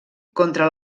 contra